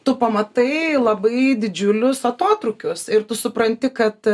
tu pamatai labai didžiulius atotrūkius ir tu supranti kad